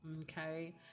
okay